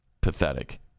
Pathetic